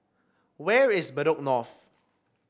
where is Bedok North